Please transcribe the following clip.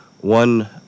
one